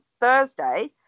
Thursday